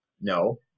No